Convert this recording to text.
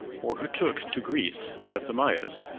or who took to greece that of the mayas?